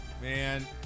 Man